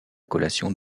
collation